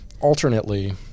Alternately